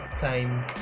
time